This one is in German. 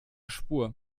spur